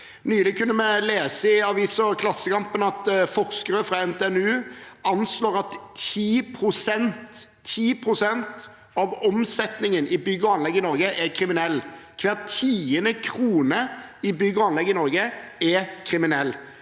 Nylig kunne vi lese i avisen Klassekampen at forskere fra NTNU anslår at 10 pst. – 10 pst. – av omsetningen i bygg og anlegg i Norge er kriminell, at hver tiende krone i bygg og anlegg i Norge er kriminell.